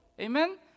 Amen